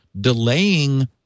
delaying